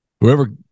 whoever